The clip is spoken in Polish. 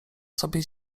sobie